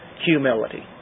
humility